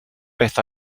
beth